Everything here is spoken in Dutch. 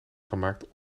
gemaakt